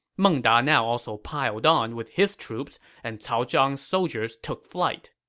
meng da now also piled on with his troops, and cao zhang's soldiers took flight.